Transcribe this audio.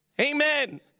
Amen